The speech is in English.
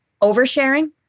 oversharing